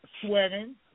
sweating